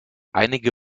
einige